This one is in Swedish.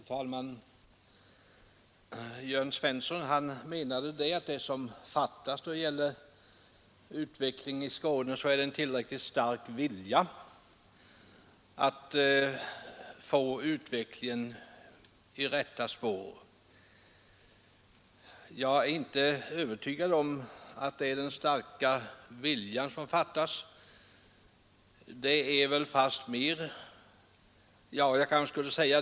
Herr talman! Jörn Svensson menade att det som fattas i Skånes utveckling är en tillräckligt stark vilja att få in denna i rätta spår. Jag är inte övertygad om att det är den starka viljan som fattas.